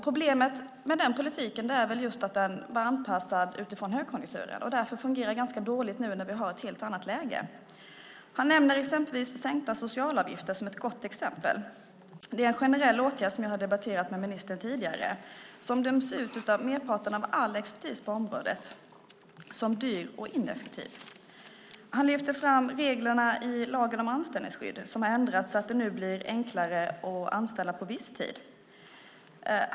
Problemet med den politiken har just varit att den anpassats till högkonjunkturen och därför fungerar ganska dåligt nu när vi har ett helt annat läge. Han nämner exempelvis sänkta socialavgifter som ett gott exempel. Det är en generell åtgärd som jag har debatterat med ministern tidigare och som döms ut av merparten av all expertis på området såsom dyr och ineffektiv. Ministern lyfter också fram reglerna i lagen om anställningsskydd som har ändrats så att det nu blir enklare att anställa på visstid.